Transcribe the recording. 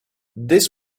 this